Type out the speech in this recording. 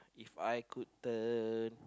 If I could turn